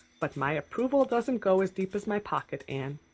but my approval doesn't go as deep as my pocket, anne.